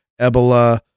Ebola